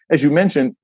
as you mentioned,